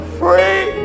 free